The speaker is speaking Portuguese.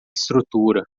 estrutura